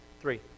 Three